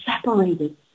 separated